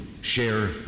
share